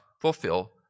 fulfill